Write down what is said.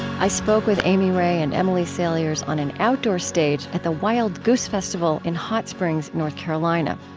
i spoke with amy ray and emily saliers on an outdoor stage at the wild goose festival in hot springs, north carolina.